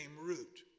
root